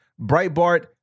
Breitbart